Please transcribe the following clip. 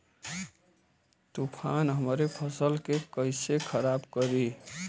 तूफान हमरे फसल के कइसे खराब करी?